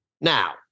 now